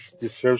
deserves